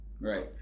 Right